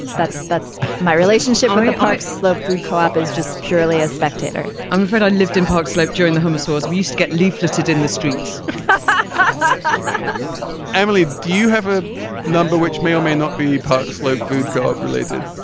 that's that's my relationship with the park slope. food co-op is just purely a spectator i'm afraid i lived in park slope during the um we used to get leafleted in the streets but but emily, do you have a number which may or may not be. park slope food co-op related?